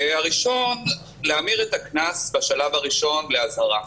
הראשון, להמיר את הקנס בשלב הראשון לאזהרה.